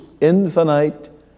infinite